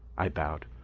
i bowed.